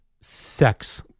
sex